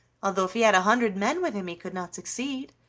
though if he had a hundred men with him he could not succeed.